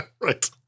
Right